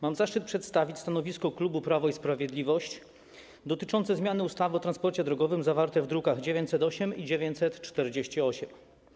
Mam zaszczyt przedstawić stanowisko klubu Prawo i Sprawiedliwość dotyczące zmiany ustawy o transporcie drogowym, druki nr 908 i 948.